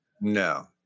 No